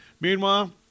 Meanwhile